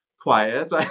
quiet